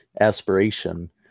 aspiration